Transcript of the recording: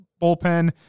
bullpen